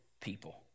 people